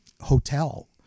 hotel